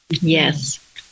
yes